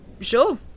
Sure